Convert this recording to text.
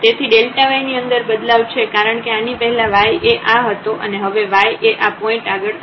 તેથી yની અંદર બદલાવ છે કારણ કે આની પહેલા y એ આ હતો અને હવે y એ આ પોઇન્ટ આગળ આ છે